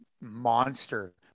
monster